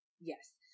yes